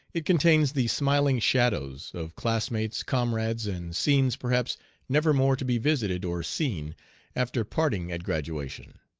it contains the smiling shadows of classmates, comrades, and scenes perhaps never more to be visited or seen after parting at graduation.